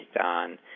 on